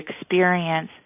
experience